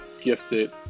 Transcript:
gifted